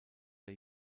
der